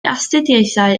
astudiaethau